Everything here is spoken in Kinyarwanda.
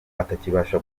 atakibasha